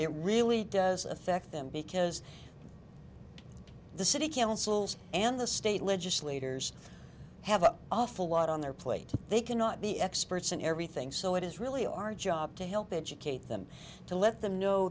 it really does affect them because the city council and the state legislators have an awful lot on their plate they cannot be experts on everything so it is really our job to help educate them to let them know